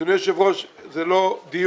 אדוני היושב-ראש, זה לא דיון